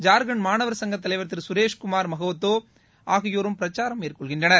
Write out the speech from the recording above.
ஜார்க்கண்ட் மாணவர் சங்க தலைவர் திரு கரேஷ்குமார் மஹாத்தோ ஆகியோரும் பிரக்சாரம் மேற்கொள்கிறார்கள்